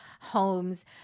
homes